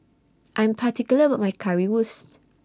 I'm particular about My Currywurst